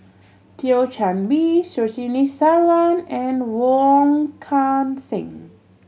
Thio Chan Bee Surtini Sarwan and Wong Kan Seng